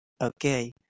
Okay